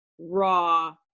raw